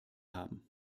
haben